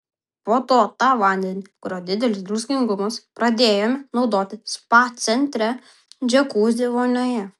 po to tą vandenį kurio didelis druskingumas pradėjome naudoti spa centre džiakuzi vonioje